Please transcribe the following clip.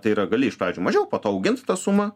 tai yra gali iš pradžių mažiau po to augint tą sumą